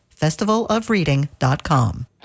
festivalofreading.com